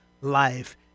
life